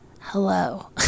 Hello